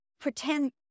pretend